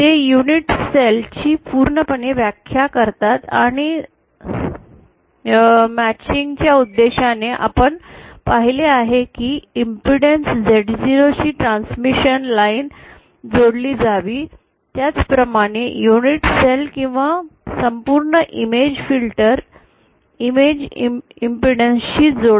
ते unit cell ची पूर्णपणे व्याख्या करतात आणि जुळण्याच्या उद्देशाने आपण पाहिले आहे की इंपॅडेन्स Z0 शी एक ट्रांसमिशन लाइन जोडिली जावी त्याचप्रमाणे युनिट सेल किंवा संपूर्ण इमेज फिल्टर इमेज इम्पीडैन्स शी जोडावे